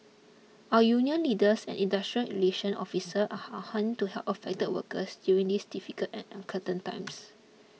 our union leaders and industrial relations officers are on hand to help affected workers during these difficult and uncertain times